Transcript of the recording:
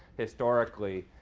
historically,